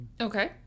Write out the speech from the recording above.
Okay